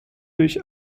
durch